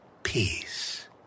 Peace